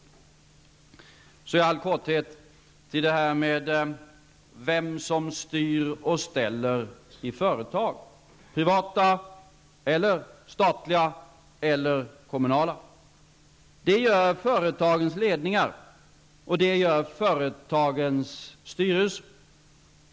Jag vill i all korthet ta upp detta med vem som styr och ställer i företag -- privata, statliga eller kommunala. Det gör företagens ledningar och styrelser.